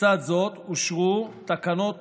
לצד זאת, אושרו תקנות